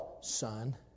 son